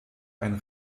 ein